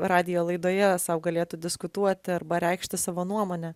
radijo laidoje sau galėtų diskutuoti arba reikšti savo nuomonę